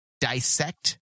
dissect